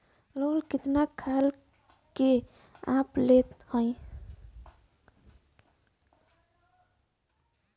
Loan कितना खाल के आप लेत हईन?